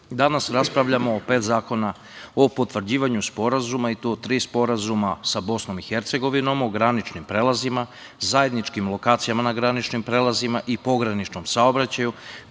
danas raspravljamo o pet zakona o potvrđivanju sporazuma, i to tri sporazuma sa Bosnom i Hercegovinom o graničnim prelazima, zajedničkim lokacijama na graničnim prelazima i pograničnom saobraćaju,